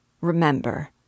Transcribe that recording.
Remember